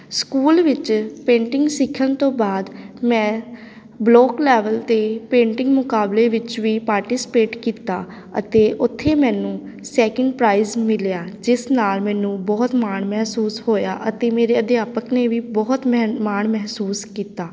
school ਵਿੱਚ painting ਸਿੱਖਣ ਤੋਂ ਬਾਅਦ ਮੈਂ ਬਲੋਕ ਲੈਵਲ 'ਤੇ ਪੇਂਟਿੰਗ ਮੁਕਾਬਲੇ ਵਿੱਚ ਵੀ ਪਾਰਟੀਸਪੇਟ ਕੀਤਾ ਅਤੇ ਉੱਥੇ ਮੈਨੂੰ ਸੈਕਿੰਡ ਪ੍ਰਾਈਜ਼ ਮਿਲਿਆ ਜਿਸ ਨਾਲ ਮੈਨੂੰ ਬਹੁਤ ਮਾਣ ਮਹਿਸੂਸ ਹੋਇਆ ਅਤੇ ਮੇਰੇ ਅਧਿਆਪਕ ਨੇ ਵੀ ਬਹੁਤ ਮਹਿਣ ਮਾਣ ਮਹਿਸੂਸ ਕੀਤਾ